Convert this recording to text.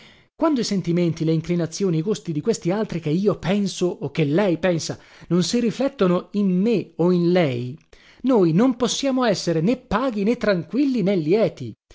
quando i sentimenti le inclinazioni i gusti di questi altri che io penso o che lei pensa non si riflettono in me o in lei noi non possiamo essere né paghi né tranquilli né lieti